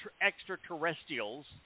extraterrestrials